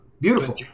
Beautiful